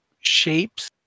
shapes